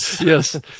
Yes